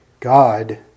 God